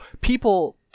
people